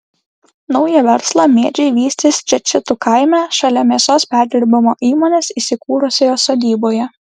naują verslą mėdžiai vystys čečetų kaime šalia mėsos perdirbimo įmonės įsikūrusioje sodyboje